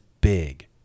big